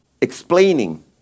explaining